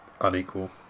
unequal